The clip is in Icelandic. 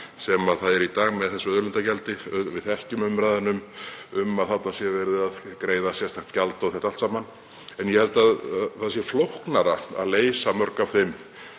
sem er í dag, með auðlindagjaldi. Við þekkjum umræðuna um að þarna sé verið að greiða sérstakt gjald og það allt saman. En ég held að það sé flóknara að leysa mörg af þeim